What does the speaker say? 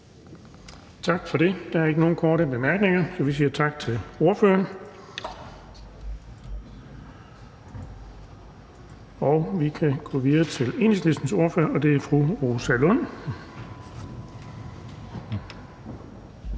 Tak for det. Der er ikke nogen korte bemærkninger, så vi siger tak til ordføreren. Vi går videre til Enhedslistens ordfører, og det er fru Rosa Lund.